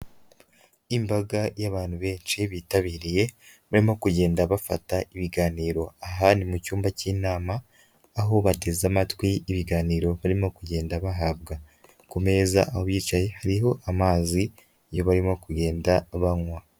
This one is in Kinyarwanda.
Imbaga y'abantu benshi bitabiriye barimo kugenda bafata ibiganiro. Aha ni mu cyumba cy'inama, aho bateze amatwi ibiganiro barimo kugenda bahabwa. Ku meza aho bicaye hariho amazi yo barimo kugenda banywa.